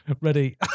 ready